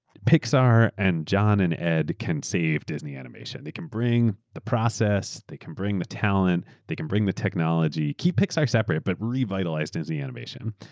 pixar, and john, and ed can save disney animation. they can bring the process. they can bring the talent. they can bring the technology, keep pixar separate, but revitalize disney animation.